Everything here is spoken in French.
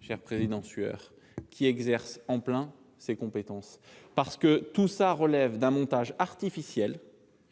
cher Jean-Pierre Sueur, qui exerce en plein ses compétences, puisque tout cela relève d'un montage artificiel-